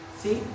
see